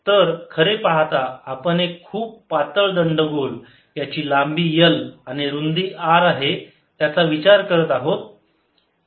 तर खरे पाहता आपण एक खूप पातळ दंडगोल याची लांबी L आणि रुंदी R आहे त्याचा विचार करत आहोत